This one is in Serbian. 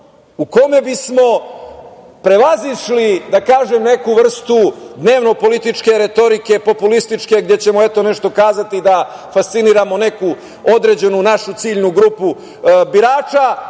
kome bismo prevazišli neku vrstu dnevno političke retorike, populističke, gde ćemo eto nešto kazati da fasciniramo neku našu određenu ciljnu grupu birača